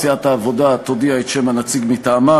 סיעת העבודה תודיע את שם הנציג מטעמה,